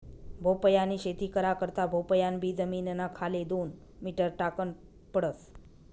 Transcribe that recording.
भोपयानी शेती करा करता भोपयान बी जमीनना खाले दोन मीटर टाकन पडस